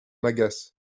m’agace